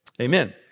amen